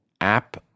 app